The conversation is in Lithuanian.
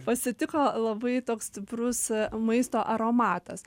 pasitiko labai toks stiprus maisto aromatas